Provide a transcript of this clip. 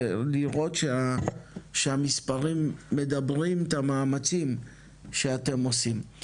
ולראות שהמספרים מדברים את המאמצים שאתם עושים.